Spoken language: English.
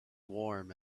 warm